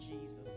Jesus